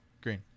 Green